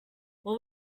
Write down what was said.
what